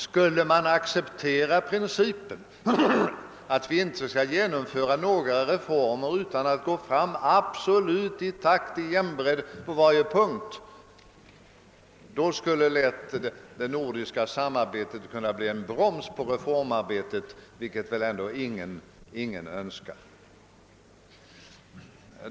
Skulle vi acceptera principen att vi inte i Sverige skall genomföra några reformer utan att gå fram i samma takt på varje punkt, skulle det nordiska samarbetet lätt kunna bli en broms på reformarbetet, vilket väl ändå ingen önskar.